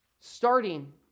Starting